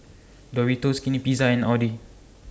Doritos Skinny Pizza and Audi